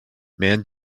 man